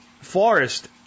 forest